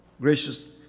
gracious